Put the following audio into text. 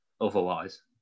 Otherwise